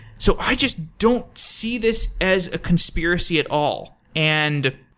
so i just don't see this as a conspiracy at all, and